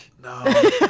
No